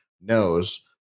knows